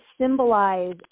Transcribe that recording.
symbolize